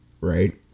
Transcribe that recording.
right